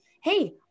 Hey